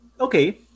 Okay